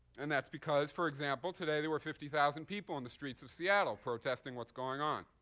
and that's because, for example, today there were fifty thousand people on the streets of seattle protesting what's going on.